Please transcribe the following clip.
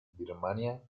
birmania